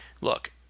look